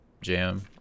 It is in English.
jam